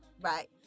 right